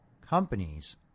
companies